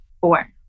Four